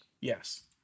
Yes